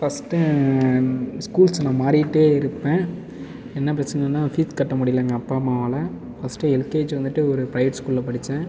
first schools நான் மாறிகிட்டே இருப்பேன் என்ன பிரச்சினனா ஃபீஸ் கட்ட முடியில எங்கள் அப்பா அம்மாவால் ஃபஸ்ட்டு எல்கேஜி வந்துட்டு ஒரு பிரைவேட் ஸ்கூலில் படித்தேன்